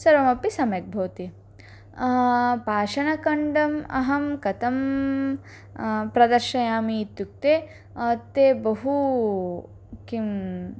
सर्वमपि सम्यक् भवति पाषणखण्डम् अहं कथं प्रदर्शयामि इत्युक्ते ते बहु किम्